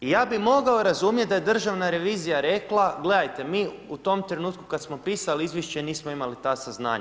I ja bih mogao razumjeti da je državna revizija rekla, gledajte, mi u tom trenutku kada smo pisali izvješće nismo imali ta saznanja.